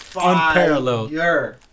unparalleled